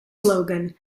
slogan